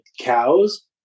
cows